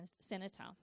senator